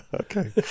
Okay